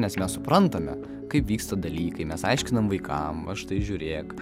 nes mes suprantame kaip vyksta dalykai mes aiškinam vaikam va štai žiūrėk